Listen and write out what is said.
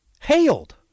hailed